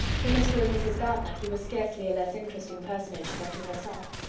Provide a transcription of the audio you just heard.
to mr. and mrs. gardiner he was scarcely a less interesting personage than to herself.